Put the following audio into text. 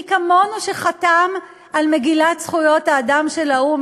מי כמונו, שחתם על מגילת זכויות האדם של האו"ם?